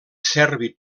servi